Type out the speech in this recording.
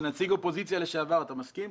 כנציג אופוזיציה לשעבר אתה מסכים,